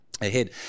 ahead